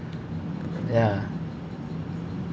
ya